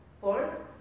Fourth